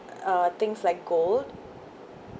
uh things like gold